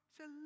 Say